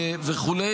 וכו'.